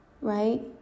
right